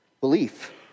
belief